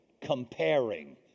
comparing